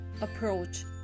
approach